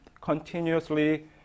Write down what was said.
continuously